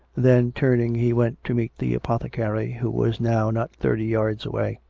then, turning, he went to meet the apothecary, who was now not thirty yards away.